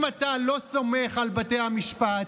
אם אתה לא סומך על בתי המשפט,